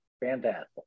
fantastic